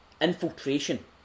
infiltration